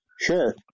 Sure